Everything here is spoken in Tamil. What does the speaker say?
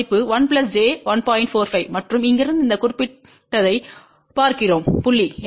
45 மற்றும் இங்கிருந்து இந்த குறிப்பிட்டதைப் பார்க்கிறோம் புள்ளி